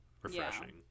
refreshing